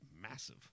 massive